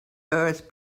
earth